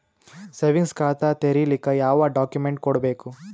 Savings ಖಾತಾ ತೇರಿಲಿಕ ಯಾವ ಡಾಕ್ಯುಮೆಂಟ್ ಕೊಡಬೇಕು?